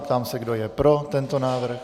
Ptám se, kdo je pro tento návrh.